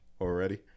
already